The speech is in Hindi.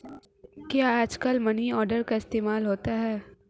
क्या आजकल मनी ऑर्डर का इस्तेमाल होता है?